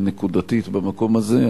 נקודתית במקום הזה,